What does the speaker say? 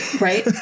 right